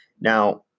Now